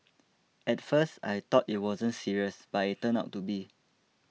at first I thought it wasn't serious but it turned out to be